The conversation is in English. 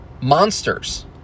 monsters